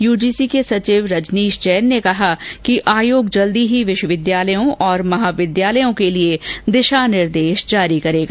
UGC के सचिव रजनीश जैन ने कहा कि आयोग जल्दी ही विश्वविद्यालयों और महाविद्यालयों के लिए दिशा निर्देश जारी करेगा